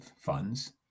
funds